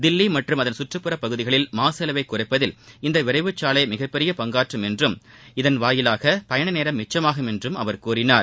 தில்லி மற்றும் அதன் சுற்றுப்புற பகுதிகளில் மாசு அளவை குறைப்பதில் இந்த விரைவுச் சாலை மிகப்பெரிய பங்காற்றும் என்றும் இதன் மூலம் பயண நேரம் மிச்சமாகும் என்றும் அவர் கூறினார்